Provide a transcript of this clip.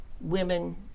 women